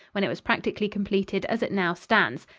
when it was practically completed as it now stands.